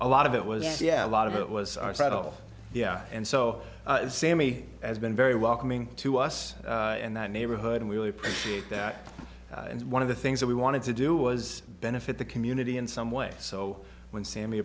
a lot of it was yeah a lot of it was our side oh yeah and so sammy has been very welcoming to us in that neighborhood and we really appreciate that and one of the things that we wanted to do was benefit the community in some way so when sammy